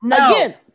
again